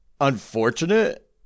unfortunate